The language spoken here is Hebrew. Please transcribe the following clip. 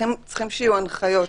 צריכים שיהיו הנחיות,